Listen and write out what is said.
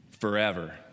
forever